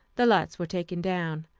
the lights were taken down,